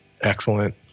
excellent